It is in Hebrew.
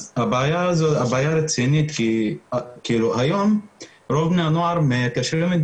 אז הבעיה הרצינית היום היא שרוב בני הנוער מקשרים את